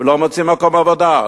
לא מוצאים מקום עבודה.